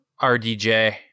RDJ